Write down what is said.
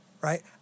right